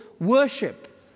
worship